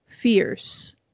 fierce